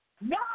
No